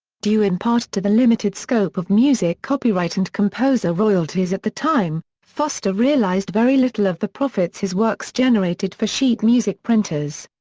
due in part to the limited scope of music copyright and composer royalties at the time, foster realized very little of the profits his works generated for sheet music printers.